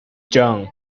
john